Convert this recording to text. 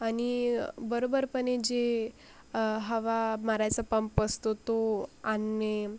आणि बरोबर पण जे हवा मारायचा पंप असतो तो आणणे